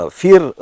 fear